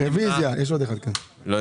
ינון, עדיין יש 600,000 שיהיו זכאים